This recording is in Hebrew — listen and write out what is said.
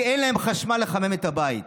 כי אין להם חשמל לחמם את הבית.